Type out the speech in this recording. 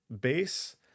base